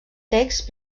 text